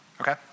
Okay